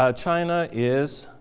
ah china is